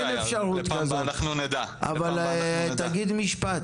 אבל --- כמה רשויות בישראל,